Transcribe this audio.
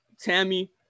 Tammy